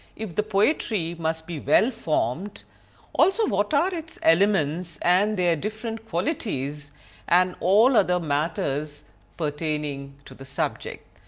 if the poetry must be well formed also what are its elements and their different qualities and all other matters pertaining to the subject.